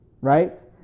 right